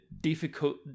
difficult